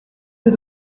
mes